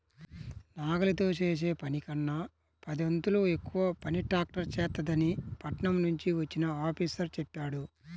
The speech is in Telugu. నాగలితో చేసే పనికన్నా పదొంతులు ఎక్కువ పని ట్రాక్టర్ చేత్తదని పట్నం నుంచి వచ్చిన ఆఫీసరు చెప్పాడు